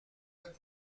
with